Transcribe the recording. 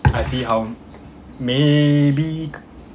I see how maybe